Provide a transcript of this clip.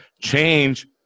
change